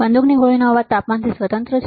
બંદૂકની ગોળીનો અવાજ તાપમાનથી સ્વતંત્ર છે